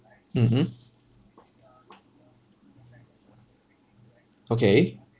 mmhmm okay